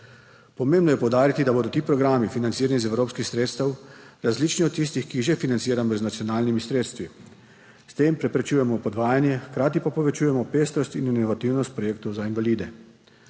Pomembno je poudariti, da bodo ti programi financirani iz evropskih sredstev, različni od tistih, ki že financiramo z nacionalnimi sredstvi. S tem preprečujemo podvajanje, hkrati pa povečujemo pestrost in inovativnost projektov za invalide.